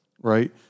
right